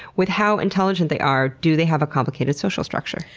with how intelligent they are, do they have a complicated social structure?